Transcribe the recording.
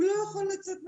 הוא לא יכול לצאת מהקיבוץ,